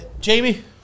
Jamie